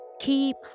keep